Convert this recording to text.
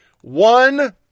one